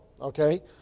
Okay